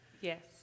Yes